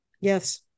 Yes